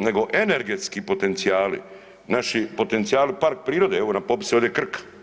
nego energetski potencijali, naši potencijali park prirode, evo na popisu je ovdje Krka.